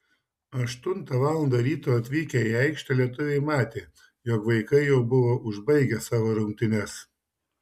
aštuntą valandą ryto atvykę į aikštę lietuviai matė jog vaikai jau buvo užbaigę savo rungtynes